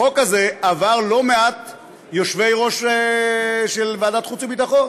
החוק הזה עבר לא מעט יושבי-ראש של ועדת החוץ והביטחון,